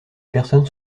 personnes